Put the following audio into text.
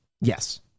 Yes